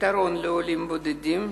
פתרון לעולים בודדים,